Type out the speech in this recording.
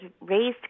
raised